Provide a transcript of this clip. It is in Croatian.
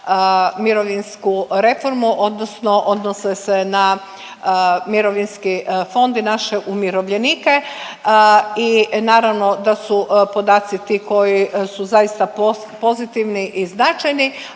mirovinsku reformu odnosno odnose se na mirovinski fond i naše umirovljenike i naravno da su podaci ti koji su zaista pozitivni i značajni,